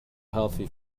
healthy